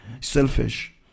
selfish